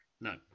No